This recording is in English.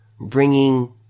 bringing